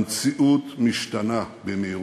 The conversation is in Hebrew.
המציאות משתנה במהירות.